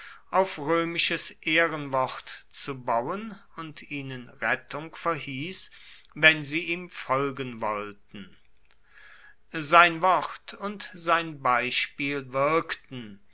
auf römisches ehrenwort zu bauen und ihnen rettung verhieß wenn sie ihm folgen wollten sein wort und sein beispiel wirkten